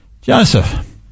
Joseph